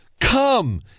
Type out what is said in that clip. Come